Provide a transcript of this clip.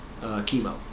chemo